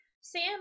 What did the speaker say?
Sam